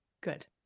Good